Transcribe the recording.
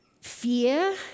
fear